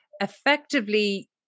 effectively